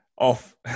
off